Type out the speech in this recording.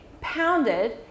pounded